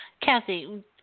Kathy